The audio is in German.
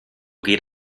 geht